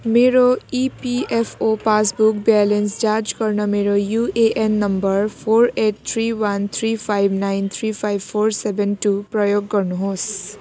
मेरो EPFO passbook balance जाँच गर्न मेरो UAN number four eight three one three five nine three five four seven two प्रयोग गर्नुहोस्